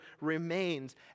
remains